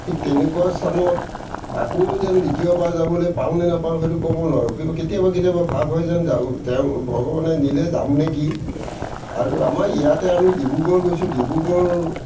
ঠিক তেনেকুৱা স্থানত আকৌ যেন দ্বিতীয়বাৰ যাবলৈ পাও নে নাপাও সেইটো ক'ব নোৱাৰোঁ কিন্তু কেতিয়াবা কেতিয়াবা ভাব হয় যেন যাওঁ ভগৱানে নিলে যাম নেকি আৰু আমাৰ ইয়াতে আমি ডিব্ৰুগড় গৈছোঁ ডিব্ৰুগড়